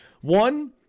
one